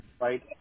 Right